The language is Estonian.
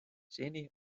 seni